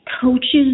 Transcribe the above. coaches